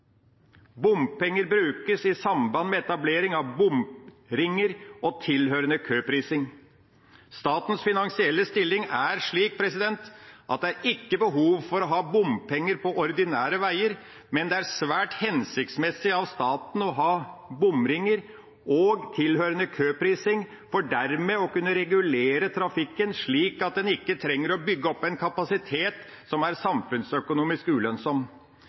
Bompenger brukes i samband med etablering av bomringer og tilhørende køprising. Statens finansielle stilling er slik at det ikke er behov for å ha bompenger på ordinære veier, men det er svært hensiktsmessig av staten å ha bomringer og tilhørende køprising, for dermed å kunne regulere trafikken slik at en ikke trenger å bygge opp en kapasitet som er samfunnsøkonomisk ulønnsom.